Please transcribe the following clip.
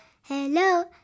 hello